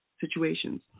situations